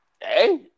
hey